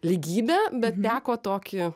lygybę bet teko tokį